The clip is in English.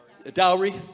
dowry